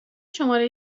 شماره